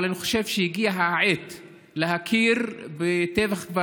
אבל אני חושב שהגיעה העת להכיר בטבח כפר